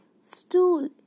stool